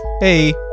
Hey